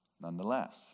Nonetheless